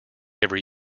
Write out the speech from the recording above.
every